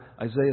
Isaiah